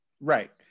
Right